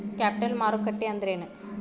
Capital ಮಾರುಕಟ್ಟಿ ಅಂದ್ರೇನ?